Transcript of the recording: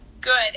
good